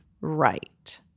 right